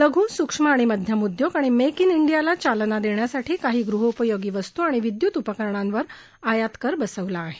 लघु सूक्ष्म आणि मध्यम उद्योग आणि मेकिग डियाला चालना देण्यासाठी काही गृहोपयोगी वस्तू आणि विद्युत उपकरणावर आयात कर बसवला आहे